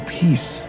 peace